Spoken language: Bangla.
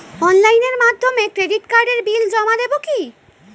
অনলাইনের মাধ্যমে ক্রেডিট কার্ডের বিল জমা দেবো কি?